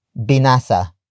binasa